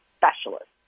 specialist